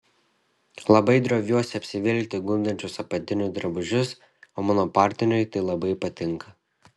labai droviuosi apsivilkti gundančius apatinius drabužius o mano partneriui tai labai patinka